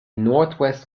northwest